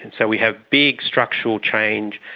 and so we have big structural change,